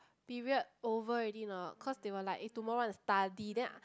period over already not cause they were like eh tomorrow want to study then I